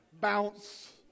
Bounce